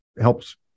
helps